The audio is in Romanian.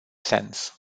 sens